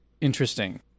interesting